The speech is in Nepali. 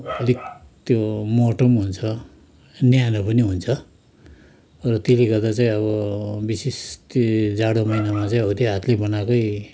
अलिक त्यो मोटो पनि हुन्छ न्यानो पनि हुन्छ र त्यसले गर्दा चाहिँ अब विशेष त्ये जाडो महिनामा चाहिँ अब त्यो हातले बनाएकै